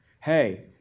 hey